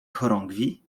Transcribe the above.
chorągwi